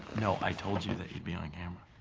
no, i told you that you'd be on camera.